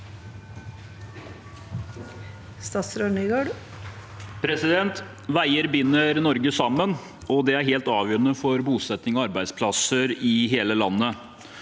Veier binder Norge sammen og er helt avgjørende for bosetting og arbeidsplasser i hele landet.